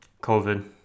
COVID